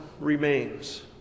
remains